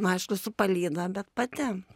aišku su palyda bet pati